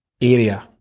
area